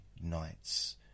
nights